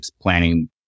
planning